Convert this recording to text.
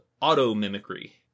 auto-mimicry